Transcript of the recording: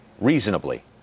Reasonably